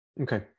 Okay